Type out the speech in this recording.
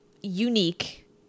unique